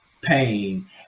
pain